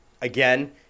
again